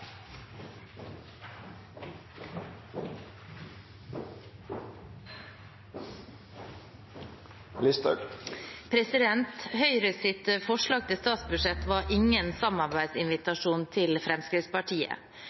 forslag til statsbudsjett var ingen